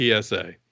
PSA